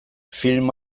film